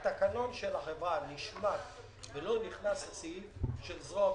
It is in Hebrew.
בתקנון של החברה נשמט ולא נכנס הסעיף של זרוע ביצוע.